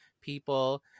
people